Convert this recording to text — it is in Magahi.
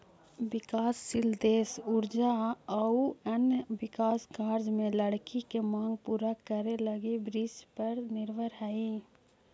विकासशील देश ऊर्जा आउ अन्य विकास कार्य में लकड़ी के माँग पूरा करे लगी वृक्षपर निर्भर हइ